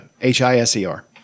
H-I-S-E-R